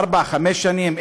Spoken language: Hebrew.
ארבע-חמש שנים,